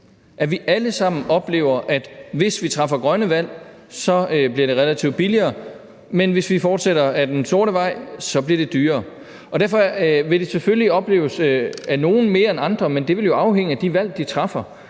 at vi alle sammen oplever, at hvis vi træffer grønne valg, bliver det relativt billigere, og hvis vi fortsætter ad den sorte vej, bliver det dyrere. Derfor vil det selvfølgelig opleves af nogle mere end andre, men det vil jo afhænge af de valg, de træffer.